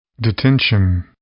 detention